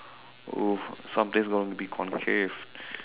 !oof! something's going to be concaved